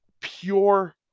Pure